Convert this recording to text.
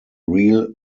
real